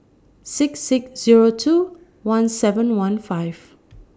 six six Zero two one seven one five